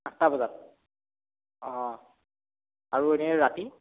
আঠটা বজাত অঁ আৰু এনেই ৰাতি